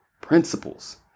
principles